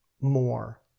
more